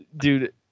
dude